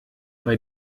bei